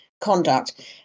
conduct